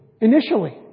initially